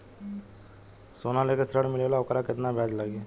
सोना लेके ऋण मिलेला वोकर केतना ब्याज लागी?